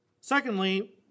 Secondly